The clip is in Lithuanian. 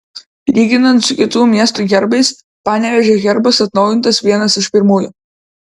lyginant su kitų miestų herbais panevėžio herbas atnaujintas vienas iš pirmųjų